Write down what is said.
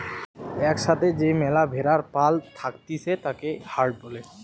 এক সাথে যে ম্যালা ভেড়ার পাল থাকতিছে তাকে হার্ড বলে